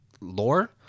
lore